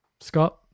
Scott